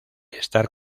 estar